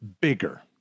bigger